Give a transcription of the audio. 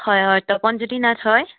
হয় হয় তপন জ্যোতি নাথ হয়